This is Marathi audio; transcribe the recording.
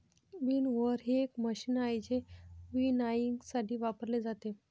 विनओव्हर हे एक मशीन आहे जे विनॉयइंगसाठी वापरले जाते